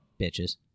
Bitches